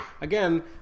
again